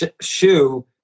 shoe